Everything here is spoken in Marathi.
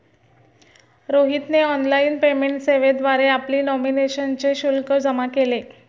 रोहितने ऑनलाइन पेमेंट सेवेद्वारे आपली नॉमिनेशनचे शुल्क जमा केले